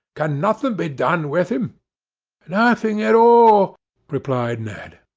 can nothing be done with him nothing at all replied ned,